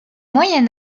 moyen